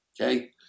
Okay